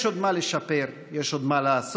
יש עוד מה לשפר, יש עוד מה לעשות.